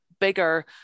bigger